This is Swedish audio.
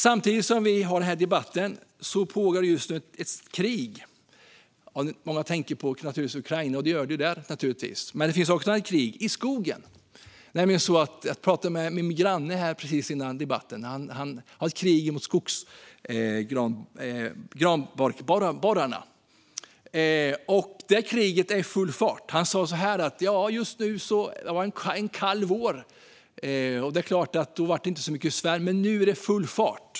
Samtidigt som vi har den här debatten pågår ett krig. Många tänker naturligtvis på Ukraina. Men det finns också ett krig i skogen. Jag talade med min granne precis innan debatten. Han för ett krig mot granbarkborrarna. Det är full fart i det kriget. Han sa att det har varit en kall vår och att det inte varit så mycket svärm men att det nu är full fart.